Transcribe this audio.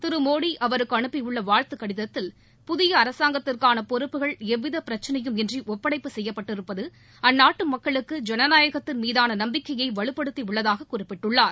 திரு மோடி அவருக்கு அனுப்பியுள்ள வாழ்த்து கடிதத்தில் புதிய அரசாங்கத்திற்கான பொறுப்புகள் எவ்வித பிரச்சனையுமின்றி ஒப்படைப்பு செய்யப்பட்டிருப்பது அந்நாட்டு மக்களுக்கு ஜனநாயகத்தின் மீதான நம்பிக்கையை வலுப்படுத்தியுள்ளதாக குறிப்பிட்டுள்ளார்